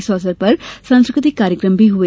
इस अवसर पर सांस्कृतिक कार्यक्रम भी हुए